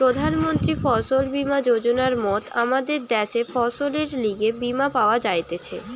প্রধান মন্ত্রী ফসল বীমা যোজনার মত আমদের দ্যাশে ফসলের লিগে বীমা পাওয়া যাইতেছে